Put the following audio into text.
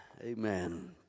amen